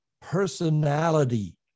personality